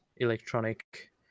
electronic